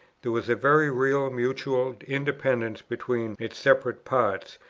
there was a very real mutual independence between its separate parts,